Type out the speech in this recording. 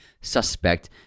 suspect